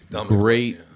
Great